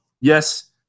Yes